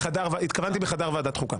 התכוונתי בחדר ועדת החוקה.